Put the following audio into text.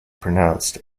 pronounced